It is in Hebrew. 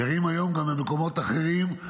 וגרים היום גם במקומות אחרים,